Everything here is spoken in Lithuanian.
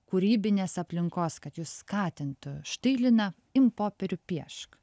kūrybinės aplinkos kad jus skatintų štai lina imk popierių piešk